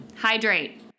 Hydrate